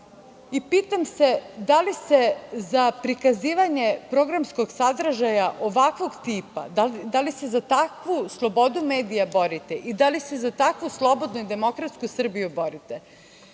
i pitam se da li se za prikazivanje programskog sadržaja ovakvog tipa, da li se za takvu slobodu medija borite i da li se za takvu slobodnu i demokratsku Srbiju borite? Znate,